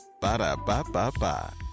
Ba-da-ba-ba-ba